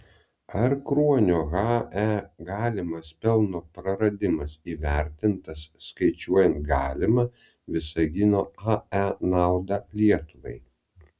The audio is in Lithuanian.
ar kruonio hae galimas pelno praradimas įvertintas skaičiuojant galimą visagino ae naudą lietuvai